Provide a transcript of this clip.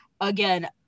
Again